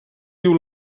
diu